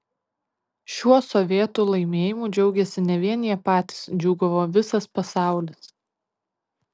šiuo sovietų laimėjimu džiaugėsi ne vien jie patys džiūgavo visas pasaulis